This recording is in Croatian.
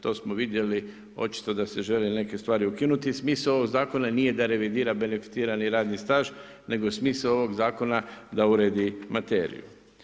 To smo vidjeli, očito da se želi neke stvari ukinuti i smisao ovog zakona nije da revidira beneficirani radni staž nego je smisao ovog zakona da uredi materiju.